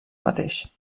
mateix